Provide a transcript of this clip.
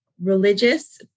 religious